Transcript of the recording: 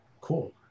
cool